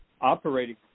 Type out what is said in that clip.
operating